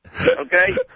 Okay